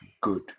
good